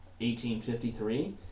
1853